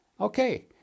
Okay